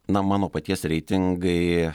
na mano paties reitingai